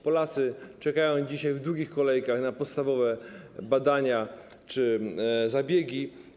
Polacy czekają dzisiaj w długich kolejkach na podstawowe badania czy zabiegi.